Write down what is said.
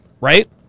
right